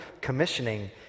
commissioning